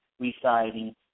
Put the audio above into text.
residing